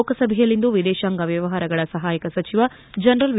ಲೋಕಸಭೆಯಲ್ಲಿಂದು ವಿದೇಶಾಂಗ ವ್ಲವಹಾರಗಳ ಸಹಾಯಕ ಸಚಿವ ಜನರಲ್ ವಿ